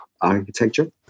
architecture